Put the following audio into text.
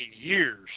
years